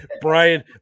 Brian